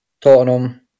Tottenham